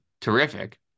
terrific